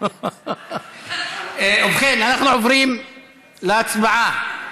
ובכן, אנחנו עוברים להצבעה.